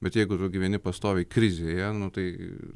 bet jeigu tu gyveni pastoviai krizėje nu tai